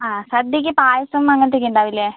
ആ സദ്യയ്ക്ക് പായസം അങ്ങനത്തെയൊക്കെ ഉണ്ടാവില്ലേ